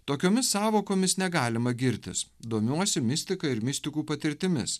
tokiomis sąvokomis negalima girtis domiuosi mistika ir mistikų patirtimis